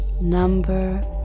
number